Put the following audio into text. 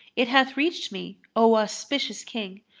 it hath reached me, o auspicious king,